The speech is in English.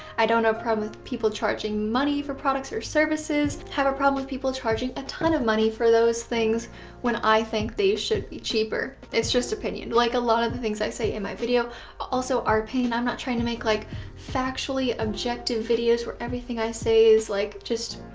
i don't have a problem with people charging money for products or services, i have a problem with people charging a ton of money for those things when i think they should be cheaper. it's just opinion. like, a lot of the things i say in my video also are opinion. i'm not trying to make like factually objective videos where everything i say is like just.